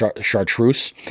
Chartreuse